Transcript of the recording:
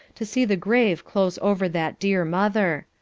to see the grave close over that dear mother.